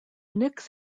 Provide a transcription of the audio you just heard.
knicks